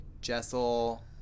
Jessel